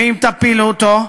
ואם תפילו אותו,